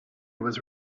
was